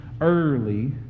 early